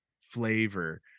flavor